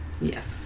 Yes